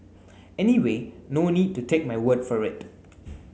anyway no need to take my word for it